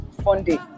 funding